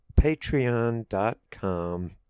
patreon.com